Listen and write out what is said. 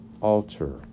altar